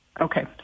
Okay